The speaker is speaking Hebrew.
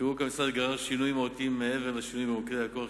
פירוק המשרד גרר שינוי מהותי מעבר לשינוי במוקדי הכוח,